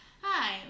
Hi